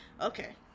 okay